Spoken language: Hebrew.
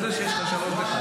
אתה יודע שיש לך שלוש דקות.